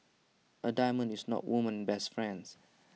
A diamond is not A woman's best friend